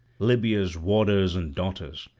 libya's warders and daughters.